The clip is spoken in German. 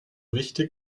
wichtig